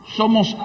somos